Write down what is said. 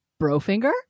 brofinger